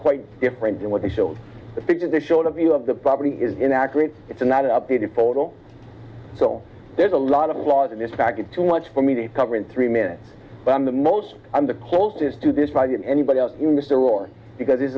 quite different than what they showed the pictures they showed a view of the property is inaccurate it's not updated photo so there's a lot of laws in this packet too much for me to cover in three minutes but i'm the most i'm the closest to this problem anybody else in mr or because